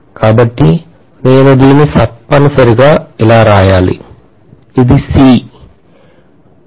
కాబట్టి నేను దీన్ని తప్పనిసరిగా ఇలా వ్రాయాలి ఇది C